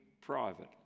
private